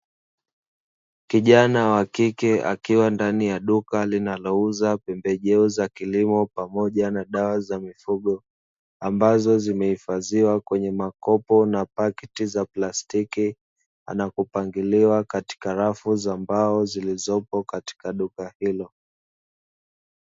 Kijana wa kike akiwa ndani ya duka linalouza pembejeo za kilimo pamoja na dawa za mifugo, ambazo zimehifadhiwa kwenye makopo na pakiti za plastiki na kupangiliwa katika rafu za mbao zilizopo katika duka hilo.